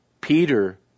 Peter